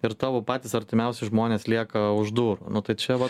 ir tavo patys artimiausi žmonės lieka už durų nu tai čia vat